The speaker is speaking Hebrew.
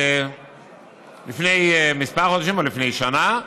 לפני כמה חודשים או לפני שנה,